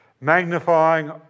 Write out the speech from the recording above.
Magnifying